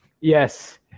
Yes